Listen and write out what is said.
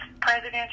president